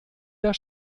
der